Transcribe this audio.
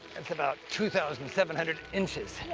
that's about two thousand seven hundred inches. yeah,